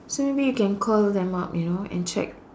so maybe you can call them up you know and check